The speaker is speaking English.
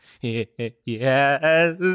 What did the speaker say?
yes